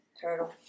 turtle